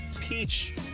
Peach